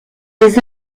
des